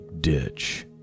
ditch